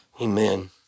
Amen